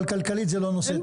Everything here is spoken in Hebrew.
אבל כלכלית זה לא נושא ---.